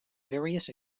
various